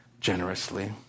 generously